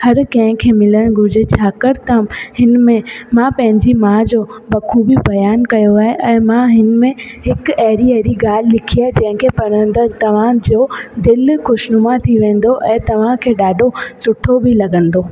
हर कंहिं खे मिलण घुरिजे छाकाणि त हिन में मां पंहिंजी माउ जो बख़ूबी बयान कयो आहे ऐं मां हिनि में हिकु अहिड़ी अहिड़ी ॻाल्हि लिखी आहे जंहिं खे पढ़ंदड़ तव्हांजो दिलि ख़ुशिनुमा थी वेंदो ऐं तव्हांखे ॾाढो सुठो बि लॻंदो